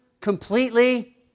completely